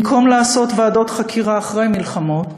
במקום לעשות ועדות חקירה אחרי מלחמות,